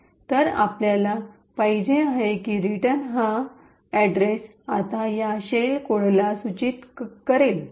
तर आपल्याला पाहिजे आहे ते म्हणजे हा रिटर्न अड्रेस आता या शेल कोडला सूचित पॉइन्ट point करेल